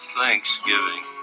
thanksgiving